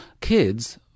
kids